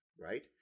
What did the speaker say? right